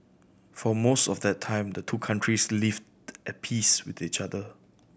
for most of that time the two countries lived at peace with each other